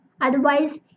otherwise